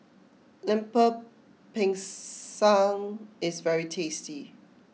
Lemper Pisang is very tasty